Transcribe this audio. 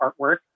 artwork